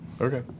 Okay